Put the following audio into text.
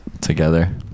together